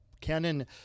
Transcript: Canon